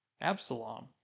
Absalom